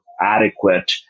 adequate